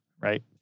right